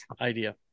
idea